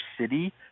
city